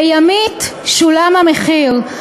בימית שולם המחיר.